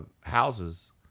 houses